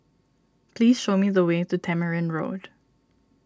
please show me the way to Tamarind Road